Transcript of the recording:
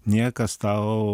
niekas tau